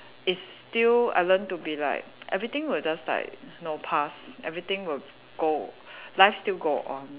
it's still I learn to be like everything will just like know pass everything will go life still go on